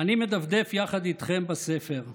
אני מדפדף יחד איתכם בספר,